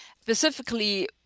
Specifically